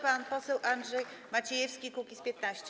Pan poseł Andrzej Maciejewski, Kukiz’15.